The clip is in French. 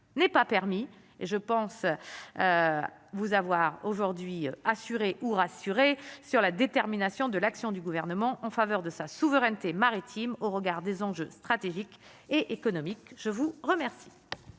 n'est pas permis et je pense vous avoir aujourd'hui assuré ou rassurer sur la détermination de l'action du gouvernement en faveur de sa souveraineté maritime au regard des enjeux stratégiques et économiques, je vous remercie.